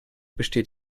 besteht